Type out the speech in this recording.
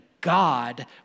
God